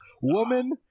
woman